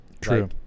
True